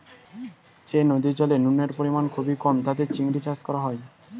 যে নদীর জলে নুনের পরিমাণ খুবই কম তাতে চিংড়ির চাষ করা হয়